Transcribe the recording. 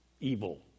evil